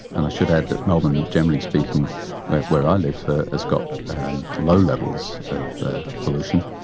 and i should add that melbourne generally speaking where i live has got low levels of pollution,